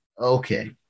Okay